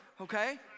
Okay